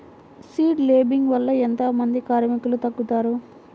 Seed లేంబింగ్ వల్ల ఎంత మంది కార్మికులు తగ్గుతారు?